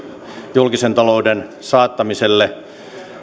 julkisen talouden saattamiselle